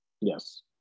Yes